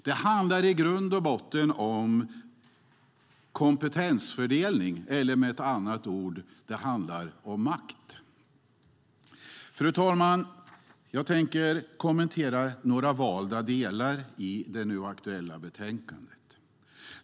Det handlar i grund och botten om kompetensfördelning, eller med ett annat ord handlar det om makt. Fru talman! Jag tänker kommentera några valda delar i det nu aktuella betänkandet.